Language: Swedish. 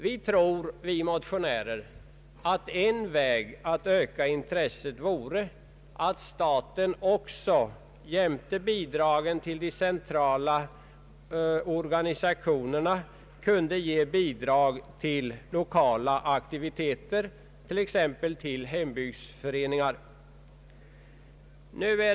Vi motionärer tror att en väg att öka intresset är att staten också ger bidrag till lokala aktiviteter, t.ex. till hembygdsföreningar, vid sidan av bidrag till de centrala organisationerna.